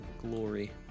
Glory